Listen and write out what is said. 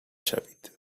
شوید